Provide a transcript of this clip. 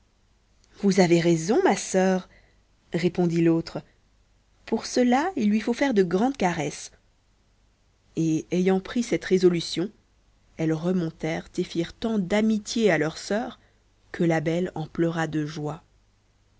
vous avez raison ma sœur répondit l'autre pour cela il lui faut faire de grandes caresses et ayant pris cette résolution elles remontèrent et firent tant d'amitié à leur sœur que la belle en pleura de joie